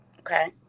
Okay